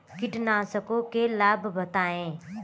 कीटनाशकों के लाभ बताएँ?